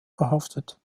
verhaftet